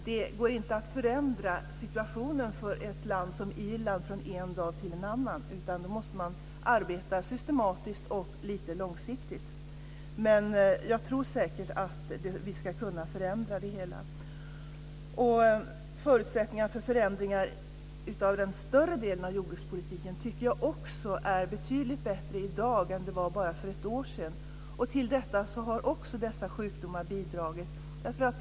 Det går inte att förändra situationen för ett land som Irland från en dag till en annan. Man måste arbeta systematiskt och långsiktigt. Jag tror säkert att vi ska kunna förändra det hela. Förutsättningarna för förändringar av den större delen av jordbrukspolitiken är betydligt bättre i dag än bara för ett år sedan. Till detta har också de sjukdomar jag nämnde bidragit.